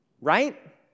right